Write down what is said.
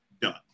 done